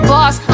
Boss